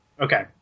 Okay